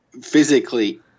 physically